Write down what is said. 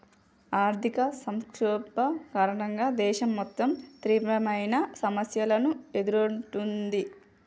ఆర్థిక సంక్షోభం కారణంగా దేశం మొత్తం తీవ్రమైన సమస్యలను ఎదుర్కొంటుంది